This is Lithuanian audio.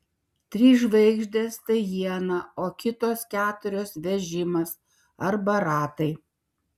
trys žvaigždės tai iena o kitos keturios vežimas arba ratai